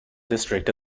district